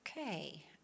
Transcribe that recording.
Okay